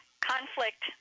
conflict